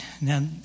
Now